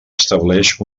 estableix